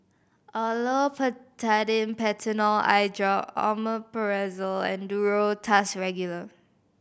Olopatadine Patanol Eyedrop Omeprazole and Duro Tuss Regular